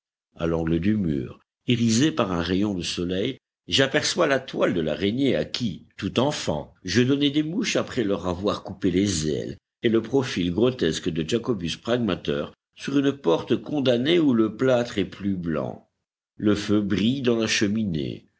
à l'angle du mur irisée par un rayon de soleil j'aperçois la toile de l'araignée à qui tout enfant je donnais des mouches après leur avoir coupé les ailes et le profil grotesque de jacobus pragmater sur une porte condamnée où le plâtre est plus blanc le feu brille dans la cheminée